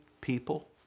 people